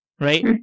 Right